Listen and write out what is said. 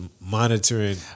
monitoring